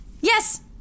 Yes